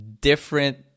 different